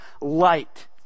light